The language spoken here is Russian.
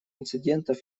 инцидентов